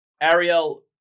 Ariel